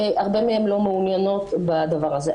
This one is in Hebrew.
הרבה מהן לא מעוניינות בדבר הזה.